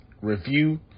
review